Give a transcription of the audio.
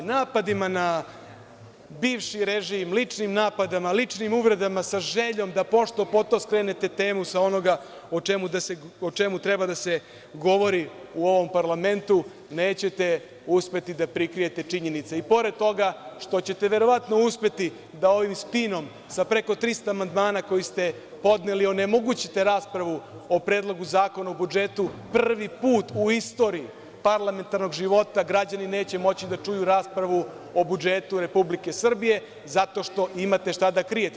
Napadima na bivši režim, ličnim napadima, ličnim uvredama, sa željom da pošto-poto skrenete temu sa onoga o čemu treba da se govori u ovom parlamentu, nećete uspeti da prikrijete činjenice, i pored toga što ćete verovatno uspeti da ovim spinom sa preko 300 amandmana koje ste podneli onemogućite raspravu o Predlogu zakona o budžetu, prvi put u istoriji parlamentarnog života građani neće moći da čuju raspravu o budžetu Republike Srbije, zato što imate šta da krijete.